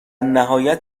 نهایت